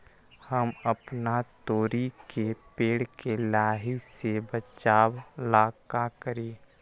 हम अपना तोरी के पेड़ के लाही से बचाव ला का करी?